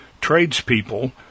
tradespeople